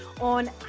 on